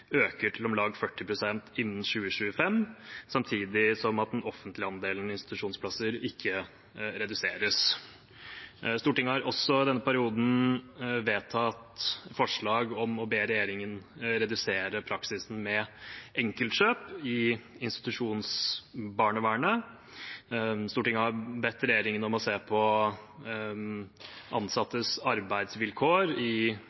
øker til om lag 40 pst. innen 2025, samtidig som den offentlige andelen institusjonsplasser ikke reduseres. Stortinget har også i denne perioden vedtatt forslag om å be regjeringen redusere praksisen med enkeltkjøp i institusjonsbarnevernet. Stortinget har bedt regjeringen om å se på ansattes arbeidsvilkår i